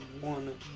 one